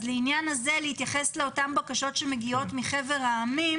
אז לעניין הזה להתייחס לאותן בקשות שמגיעות מחבר העמים